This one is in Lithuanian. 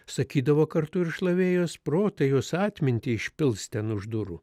sakydavo kartu ir šlavėjos protą jos atmintį išpils ten už durų